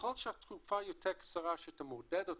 ככל שהתקופה יותר קצרה שאתה מודד אותו,